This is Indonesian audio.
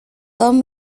tom